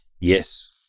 Yes